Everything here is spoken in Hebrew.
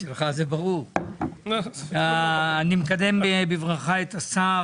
שלך זה ברור, אני מקדם בברכה את השר.